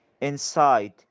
inside